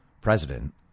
president